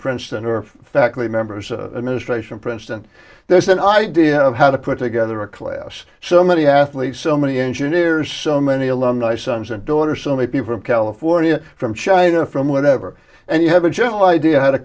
princeton or faculty members ministration princeton there's an idea of how to put together a class so many athletes so many engineers so many alumni sons and daughter so many people in california from china from whatever and you have a general idea how to